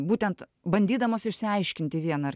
būtent bandydamos išsiaiškinti vieną ar